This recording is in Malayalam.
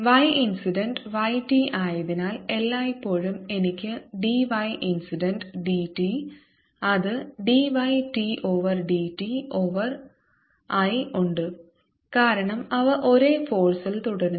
y ഇൻസിഡന്റ് yt ആയതിനാൽ എല്ലായ്പ്പോഴും എനിക്ക് dy ഇൻസിഡന്റ് dt അത് d y t over d t over ആയി ഉണ്ട് കാരണം അവ ഒരേ ഫേസ് ൽ തുടരുന്നു